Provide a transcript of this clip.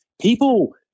People